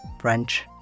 French